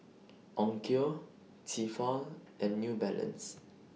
Onkyo Tefal and New Balance